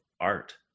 art